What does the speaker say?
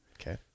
Okay